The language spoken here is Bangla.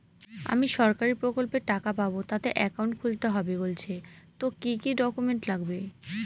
আমি সরকারি প্রকল্পের টাকা পাবো তাতে একাউন্ট খুলতে হবে বলছে তো কি কী ডকুমেন্ট লাগবে?